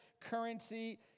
currency